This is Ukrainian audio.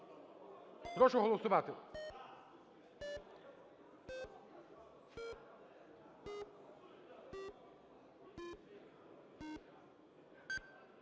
прошу голосувати.